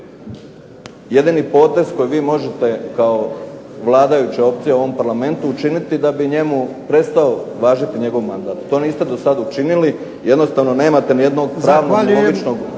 jedini potez koji vi možete kao Vladajuća opcija u ovom Parlamentu učiniti da bi njemu prestao važiti njegov mandat. To niste do sada učinili. Jednostavno nemate ni jedno pravno ni logičnog